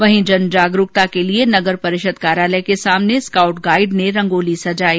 वहीं जन जागरुकता के लिए नगर परिषद कार्यालय के सामने स्काउट गाइड ने रंगोली सजाई